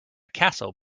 castle